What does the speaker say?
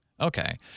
Okay